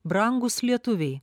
brangūs lietuviai